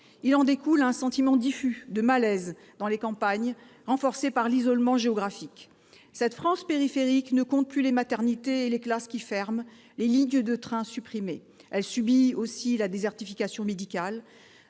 Il en découle un sentiment diffus de malaise dans les campagnes, renforcé par l'isolement géographique. Cette « France périphérique » ne compte plus les maternités et les classes qui ferment, ni les lignes de trains supprimées. Elle subit aussi la désertification médicale.